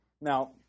Now